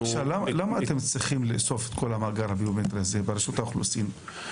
למה אתם צריכים לאסוף כל המאגר הביומטרי הזה ברשות האוכלוסין?